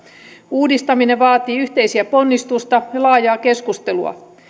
uudistaminen vaatii yhteistä ponnistusta ja laajaa keskustelua